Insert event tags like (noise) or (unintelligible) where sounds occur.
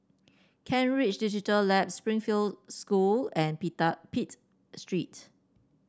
Kent Ridge Digital Labs Springfield School and (unintelligible) Pitt Street